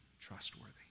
trustworthy